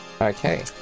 Okay